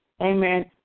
amen